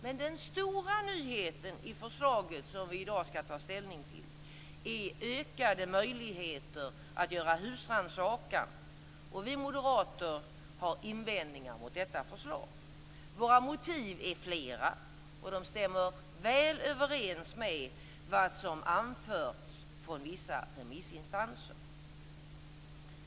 Men den stora nyheten i det förslag som vi i dag skall ta ställning till är ökade möjligheter att göra husrannsaken. Vi moderater har invändningar mot detta förslag. Våra motiv är flera, och de stämmer väl överens med vad som anförts från vissa remissinstanser.